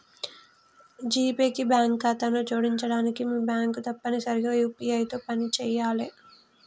GPay కి bank ఖాతాను జోడించడానికి మీ బ్యాంక్ తప్పనిసరిగా యూ.పీ.ఐ తో పనిచేయాలే